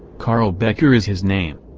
carl becker is his name.